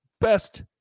best –